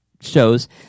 shows